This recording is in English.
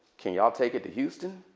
can y'all take it to houston?